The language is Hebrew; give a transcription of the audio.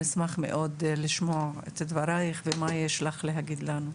נשמח מאוד לשמוע את דברייך ומה יש לך להגיד לנו.